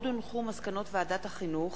מסקנות ועדת החינוך,